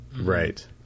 Right